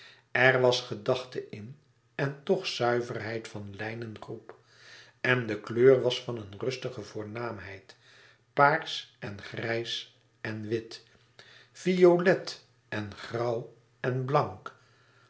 er was gedachte in en toch zuiverheid van lijn en groep en de kleur was van een rustige voornaamheid e ids aargang paarsch en grijs en wit violet en grauw en blank